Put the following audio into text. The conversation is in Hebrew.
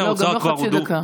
לא, גם לא חצי דקה.